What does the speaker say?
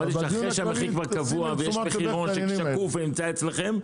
אמרתי שאחרי שהמחיר כבר קבוע ויש מחירון שקוף ונמצא אצלכם,